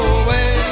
away